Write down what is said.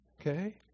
Okay